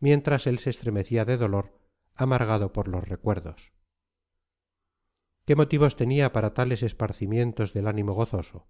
mientras él se estremecía de dolor amargado por los recuerdos qué motivos tenía para tales esparcimientos del ánimo gozoso